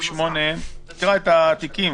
תקרא את התיקים,